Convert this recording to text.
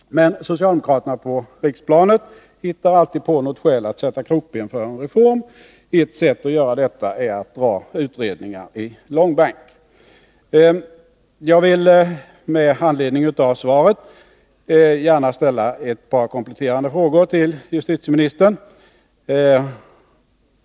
Men socialdemokraterna på riksplanet hittar alltid på något skäl att sätta krokben för en reform. Ett sätt att göra detta är att dra utredningar i långbänk. Jag vill med anledning av svaret gärna ställa ett par kompletterande frågor till justitieministern.